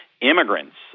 immigrants